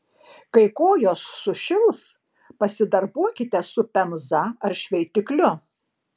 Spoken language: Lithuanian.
kai kojos sušils pasidarbuokite su pemza ar šveitikliu